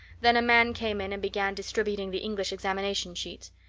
then a man came in and began distributing the english examination sheets.